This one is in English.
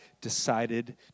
decided